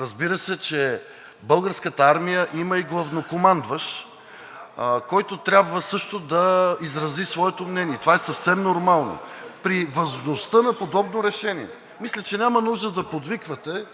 разбира се, че Българската армия има и главнокомандващ, който трябва също да изрази своето мнение, това е съвсем нормално при важността на подобно решение. (Шум и реплики.) Мисля, че няма нужда да подвиквате,